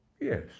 yes